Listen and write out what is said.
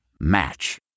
Match